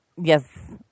Yes